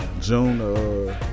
June